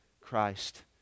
Christ